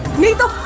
me. what